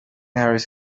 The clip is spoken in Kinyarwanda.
harris